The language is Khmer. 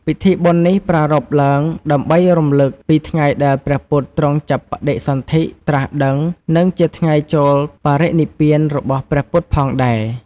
ពិធីបុណ្យនេះប្រារព្ធឡើងដើម្បីរំឮកពីថ្ងៃដែលព្រះពុទ្ធទ្រង់ចាប់បដិសន្ធិ ត្រាស់ដឹង និងជាថ្ងៃចូលបរិនិព្វានរបស់ព្រះពុទ្ធផងដែរ ។